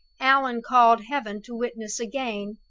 allan called heaven to witness again,